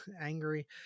angry